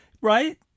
Right